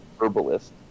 herbalist